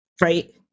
right